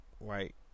right